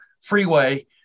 freeway